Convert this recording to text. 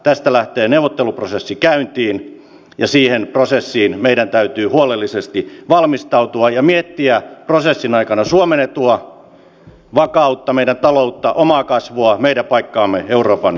tästä lähtee neuvotteluprosessi käyntiin ja siihen prosessiin meidän täytyy huolellisesti valmistautua ja miettiä prosessin aikana suomen etua vakautta meidän taloutta omaa kasvua meidän paikkaamme euroopan unionissa